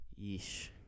Yeesh